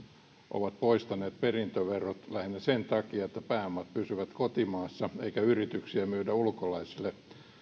poistaneet perintöverot lähinnä sen takia että pääomat pysyvät kotimaassa eikä yrityksiä myydä ulkolaisille